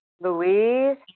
Louise